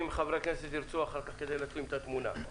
ואם חברי הנכנסת ירצו אחר כך כדי להשלים את תמונה.